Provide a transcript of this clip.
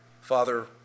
Father